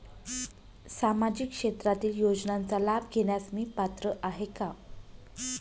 सामाजिक क्षेत्रातील योजनांचा लाभ घेण्यास मी पात्र आहे का?